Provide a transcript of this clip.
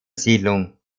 siedlung